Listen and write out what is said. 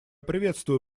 приветствую